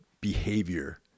behavior